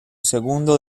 segundo